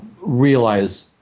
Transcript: realize